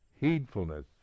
Heedfulness